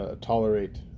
tolerate